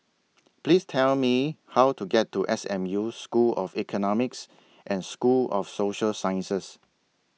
Please Tell Me How to get to S M U School of Economics and School of Social Sciences